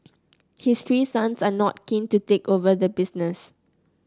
his three sons are not keen to take over the business